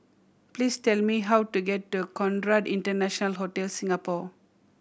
please tell me how to get to Conrad International Hotel Singapore